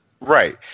right